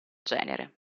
genere